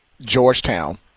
Georgetown